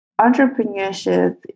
entrepreneurship